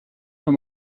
von